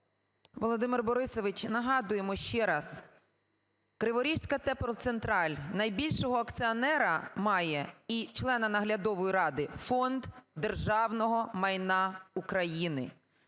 Володимире Борисовичу, нагадуємо ще раз. Криворізька теплоцентраль найбільшого акціонера має і члена наглядової ради – Фонд державного майна України.